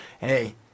Hey